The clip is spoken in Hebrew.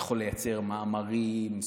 יכול לייצר מאמרים,